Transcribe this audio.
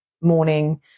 morning